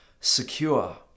secure